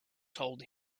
told